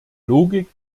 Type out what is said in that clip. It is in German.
logik